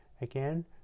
again